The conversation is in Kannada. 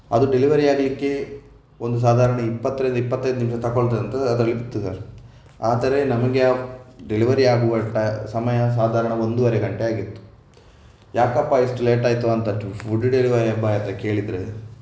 ಅದು ಡೆಲಿವರಿ ಆಗಲಿಕ್ಕೆ ಒಂದು ಸಾಧಾರಣ ಇಪ್ಪತ್ತರಿಂದ ಇಪ್ಪತ್ತೈದು ನಿಮಿಷ ತಕೊಳ್ತದಂತ ಅದರಲ್ಲಿ ಇತ್ತು ಸರ್ ಆದರೆ ನಮಗೆ ಅದು ಡೆಲಿವರಿ ಆಗುವ ಟೈ ಸಮಯ ಸಾಧಾರಣ ಒಂದುವರೆ ಗಂಟೆ ಆಗಿತ್ತು ಯಾಕಪ್ಪ ಇಷ್ಟು ಲೇಟ್ ಆಯಿತು ಅಂತ ಫುಡ್ ಡೆಲಿವರಿ ಬಾಯ್ ಹತ್ತಿರ ಕೇಳಿದರೆ